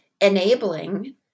enabling